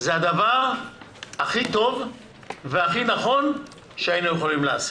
זה הדבר הכי טוב והכי נכון שהיינו יכולים להשיג.